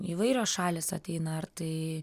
įvairios šalys ateina ar tai